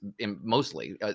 mostly